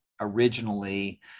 originally